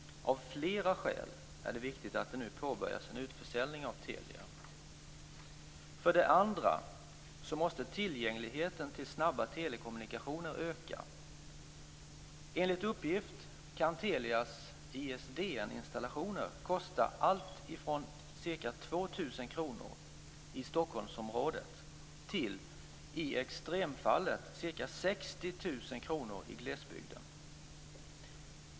Av flera skäl är det viktigt att det nu påbörjas en utförsäljning av Telia. För det andra måste tillgängligheten till snabba telekommunikationer öka. Enligt uppgift kan Telias ISDN-installationer kosta allt från ca 2 000 kr i Stockholmsområdet till i extremfallet ca 60 000 kr i glesbygden.